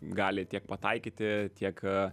gali tiek pataikyti tiek